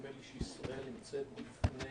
נדמה לי שישראל נמצאת בפני